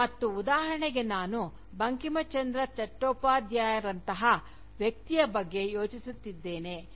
ಮತ್ತು ಉದಾಹರಣೆಗೆ ನಾನು ಬಂಕಿಮ್ ಚಂದ್ರ ಚಟ್ಟೋಪಾಧ್ಯಾಯನಂತಹ ವ್ಯಕ್ತಿಯ ಬಗ್ಗೆ ಯೋಚಿಸುತ್ತಿದ್ದೇನೆ